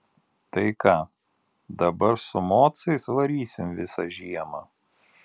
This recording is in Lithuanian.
tai ką dabar su mocais varysim visą žiemą